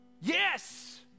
Yes